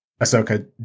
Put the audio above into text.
Ahsoka